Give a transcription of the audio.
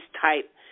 type